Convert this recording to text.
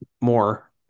more